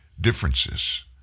differences